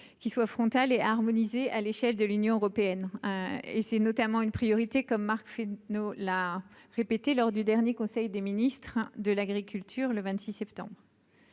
qui soit frontale et harmonisée à l'échelle de l'Union européenne et c'est notamment une priorité comme Marc Fesneau, l'a répété lors du dernier conseil des ministres de l'agriculture le 26 septembre.